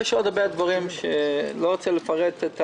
יש עוד הרבה דברים לא רוצה לפרט את כולם,